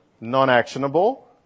non-actionable